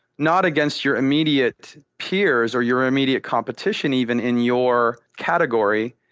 not against your immediate piers or your immediate competition even in your category,